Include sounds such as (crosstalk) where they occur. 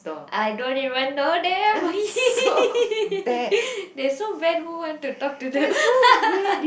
I don't even know them (laughs) they so bad who want to talk to them (laughs)